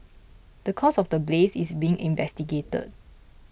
the cause of the blaze is being investigated